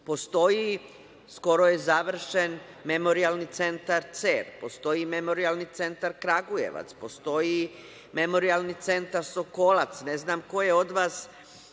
Tuđmana. Postoji, skoro je završen memorijalni centar Cer, postoji memorijalni centar Kragujevac, postoji memorijalni centar Sokolac. Ne znam ko je od vas,